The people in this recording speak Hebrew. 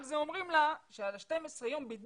על זה אומרים לה שעל 12 יום הבידוד,